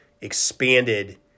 expanded